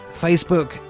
Facebook